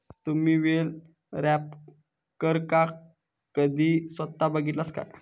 तुम्ही बेल रॅपरका कधी स्वता बघितलास काय?